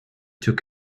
took